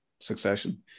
Succession